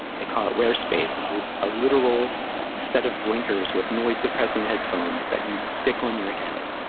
they call it wear space, a ah literal set of blinkers with noise-suppressing headphones that you stick on your head,